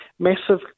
Massive